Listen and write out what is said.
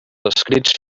escrits